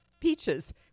Peaches